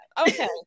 okay